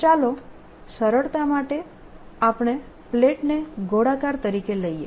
તો ચાલો સરળતા માટે આપણે પ્લેટને ગોળાકાર તરીકે લઈએ